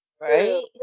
Right